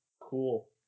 cool